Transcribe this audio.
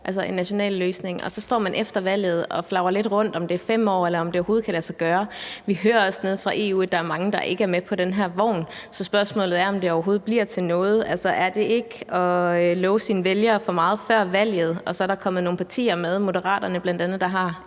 altså en national løsning – og at man efter valget står og svinger lidt mellem, om det er 5 år, eller om det overhovedet kan lade sig gøre? Vi hører også nede fra EU, at der er mange, der ikke er med på den her vogn. Så spørgsmålet er, om det overhovedet bliver til noget. Altså, er det ikke at love sine vælgere for meget før valget, men at der så er kommet nogle partier med, bl.a. Moderaterne, der har